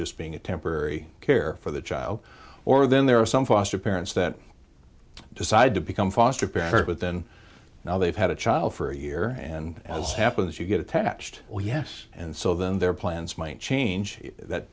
just being a temporary care for the child or then there are some foster parents that decide to become foster parent with and now they've had a child for a year and as happens you get attached well yes and so them their plans might change that